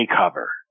cover